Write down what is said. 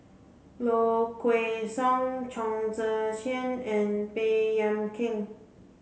Low Kway Song Chong Tze Chien and Baey Yam Keng